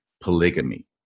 polygamy